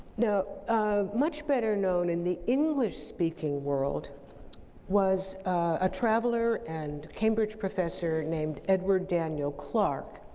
now, ah much better known in the english speaking world was a traveler and cambridge professor named edward daniel clarke,